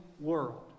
world